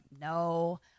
no